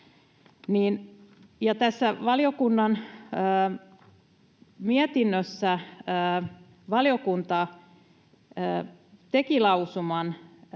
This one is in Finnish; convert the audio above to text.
valiokunnan mietinnössä valiokunta teki niiden